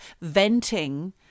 venting